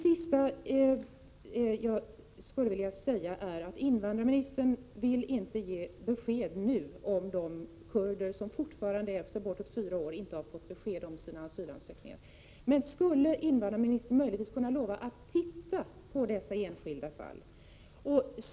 Till sist skulle jag vilja ta upp detta att invandrarministern inte vill ge något besked när det gäller de kurder som fortfarande efter bortåt fyra år inte har fått besked om sina asylansökningar. Skulle invandrarministern möjligen kunna lova att titta på dessa enskilda fall?